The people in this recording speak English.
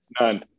None